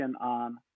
on